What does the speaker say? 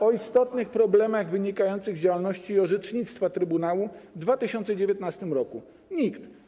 o istotnych problemach wynikających z działalności orzecznictwa trybunału w 2019 r. Nikt.